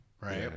Right